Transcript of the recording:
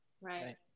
Right